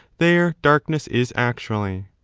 there darkness is actually.